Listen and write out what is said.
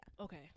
Okay